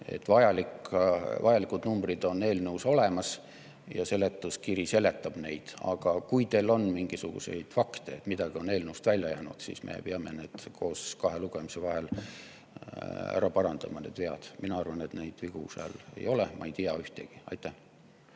et vajalikud numbrid on eelnõus olemas ja seletuskiri seletab neid. Aga kui teil on mingisuguseid fakte, et midagi on eelnõust välja jäänud, siis me peame need vead kahe lugemise vahel koos ära parandama. Mina arvan, et vigu seal ei ole, ma ei tea ühtegi. Rain